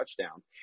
touchdowns